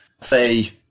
say